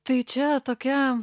tai čia tokia